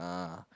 uh